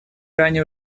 ранее